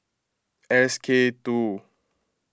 S K two